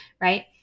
Right